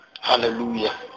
Hallelujah